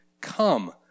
come